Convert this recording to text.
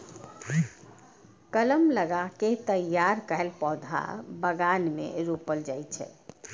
कलम लगा कें तैयार कैल पौधा बगान मे रोपल जाइ छै